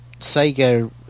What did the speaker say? Sega